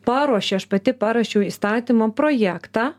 paruošė aš pati paruošiau įstatymo projektą